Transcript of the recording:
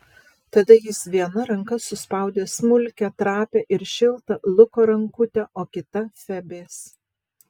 tada jis viena ranka suspaudė smulkią trapią ir šiltą luko rankutę o kita febės